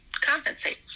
compensate